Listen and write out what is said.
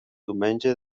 diumenge